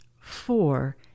four